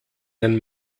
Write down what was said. ein